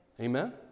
Amen